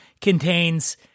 contains